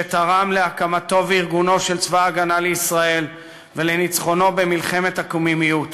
שתרם להקמתו ולארגונו של צבא הגנה לישראל ולניצחונו במלחמת הקוממיות.